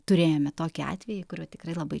turėjome tokį atvejį kuriuo tikrai labai